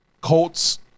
Colts